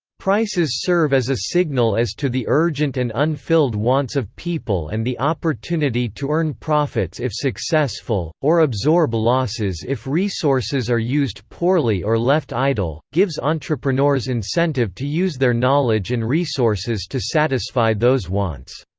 prices serve as a signal as to the urgent and unfilled wants of people and the opportunity to earn profits if successful, or absorb losses if resources are used poorly or left idle, gives entrepreneurs incentive to use their knowledge and resources to satisfy those wants.